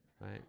Right